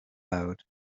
loud